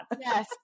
Yes